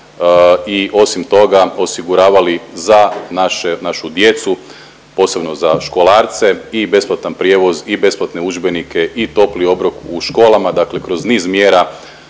i osim toga osiguravali za naše, našu djecu, posebno za školarce i besplatan prijevoz i besplatne udžbenike i topli obrok u školama, dakle kroz niz mjera